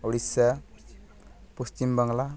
Odisha Paschim Bangla